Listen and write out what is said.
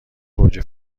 گوجه